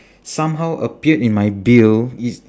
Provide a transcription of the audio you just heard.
somehow appeared in my bill it's